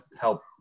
help